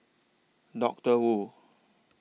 Doctor Wu